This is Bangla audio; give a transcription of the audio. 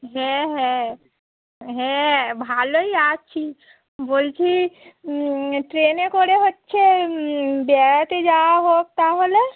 হ্যাঁ হ্যাঁ হ্যাঁ ভালোই আছি বলছি ট্রেনে করে হচ্ছে বেড়াতে যাওয়া হোক তাহলে